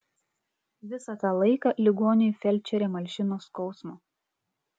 visą tą laiką ligoniui felčerė malšino skausmą